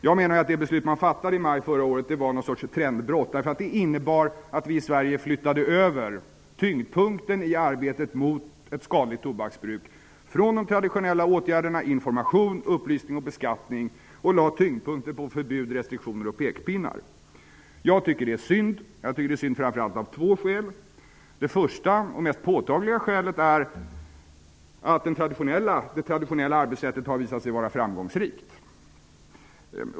Jag menar att det beslut man fattade i maj förra året var något slags trendbrott. Det innebar att vi i Sverige flyttade över tyngdpunkten i arbetet mot ett skadligt tobaksbruk från de traditionella åtgärderna information, upplysning och beskattning och lade den på förbud, restriktioner och pekpinnar. Jag tycker att det är synd, framför allt av två skäl. Det första och mest påtagliga skälet är att det traditionella arbetssättet har visat sig vara framgångsrikt.